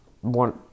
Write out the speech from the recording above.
one